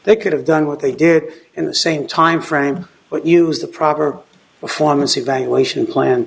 they could have done what they did in the same timeframe but use the proper performance evaluation plan